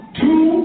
two